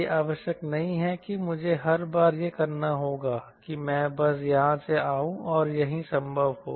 यह आवश्यक नहीं है कि मुझे हर बार यह करना होगा कि मैं बस यहां से आऊं और यहीं संभव हो